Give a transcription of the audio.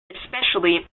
especially